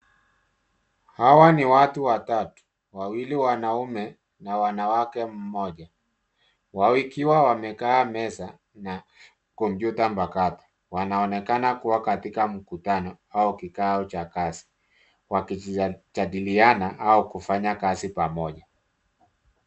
Hawa ni watu watatu, wawili wanaume na wanawake mmoja wakiwa wamekaa meza na kompyuta mpakato wanaonekana kuwa katika mkutano au kikao cha kazi wakijadiliana au kufanya kazi pamoja.